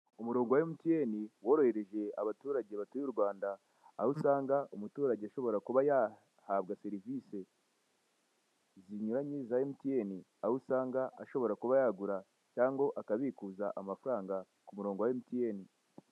Umurongo wa emutiyene worohereje abaturage batuye u Rwanda, aho usanga umuturage ashobora kuba yahabwa serivise zinyuranye za emutiyene, aho usanga ashobora kuba yagura cyangwa akabikuza amafaranga ku murongo wa emutiyene.